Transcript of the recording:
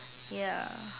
ya